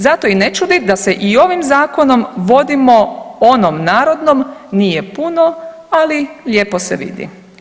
Zato i ne čudi da se i ovim Zakonom vodimo onom narodnom nije puno, ali lijepo se vidi.